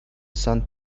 sun